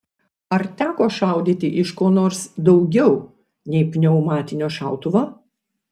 ar teko šaudyti iš ko nors daugiau nei pneumatinio šautuvo